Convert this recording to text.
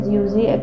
usually